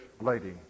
lady